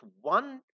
one